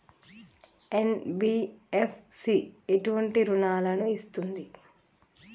NBFC ఎటువంటి రుణాలను ఇస్తుంది?